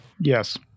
Yes